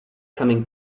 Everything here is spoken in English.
coming